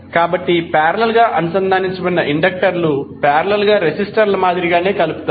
కాబట్టి పారేలల్ గా అనుసంధానించబడిన ఇండక్టర్లు పారేలల్ గా రెసిస్టర్ల మాదిరిగానే కలుపుతారు